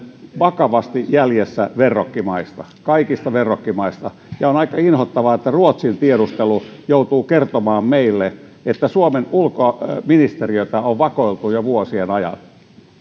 vakavasti jäljessä verrokkimaista kaikista verrokkimaista ja on aika inhottavaa että ruotsin tiedustelu joutuu kertomaan meille että suomen ulkoministeriötä on vakoiltu jo vuosien ajan